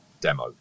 demo